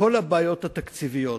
כל הבעיות התקציביות,